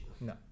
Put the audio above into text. no